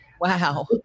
Wow